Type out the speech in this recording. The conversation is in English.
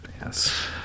Yes